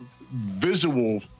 visual